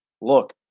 look